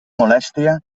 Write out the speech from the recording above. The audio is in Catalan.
molèstia